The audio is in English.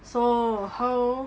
so how